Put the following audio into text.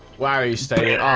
why are you studying?